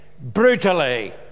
brutally